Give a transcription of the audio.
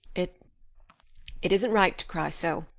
it it isn't right to cry so.